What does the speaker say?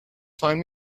find